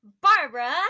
Barbara